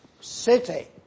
city